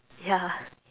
ya